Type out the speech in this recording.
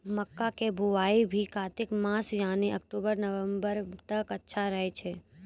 मक्का के बुआई भी कातिक मास यानी अक्टूबर नवंबर तक अच्छा रहय छै